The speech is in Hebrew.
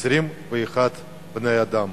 21 בני-אדם,